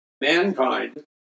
mankind